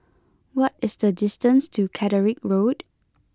what is the distance to Catterick Road